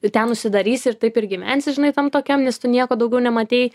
ten užsidarysi ir taip ir gyvensi žinai tam tokiam nes tu nieko daugiau nematei